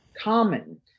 common